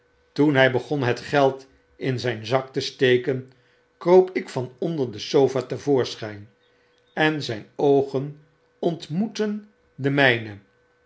toen hy begon het geld in zyn zak te steken kroop ik van onder de sofa te voorschyn en zyn oogen ontmoetten de